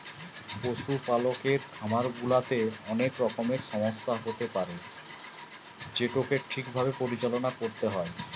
পশুপালকের খামার গুলাতে অনেক রকমের সমস্যা হতে পারে যেটোকে ঠিক ভাবে পরিচালনা করতে হয়